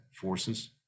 forces